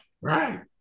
Right